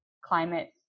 climate